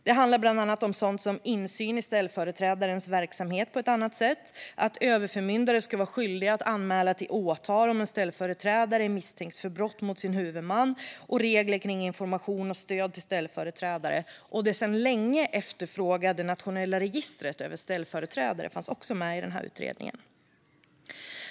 Det handlar bland annat om sådant som insyn i ställföreträdarens verksamhet på ett annat sätt, att överförmyndare ska vara skyldiga att anmäla till åtal om en ställföreträdare misstänks för brott mot sin huvudman och regler kring information och stöd till ställföreträdare. Det sedan länge efterfrågade nationella registret över ställföreträdare fanns också med i utredningen.